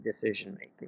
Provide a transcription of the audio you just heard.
decision-making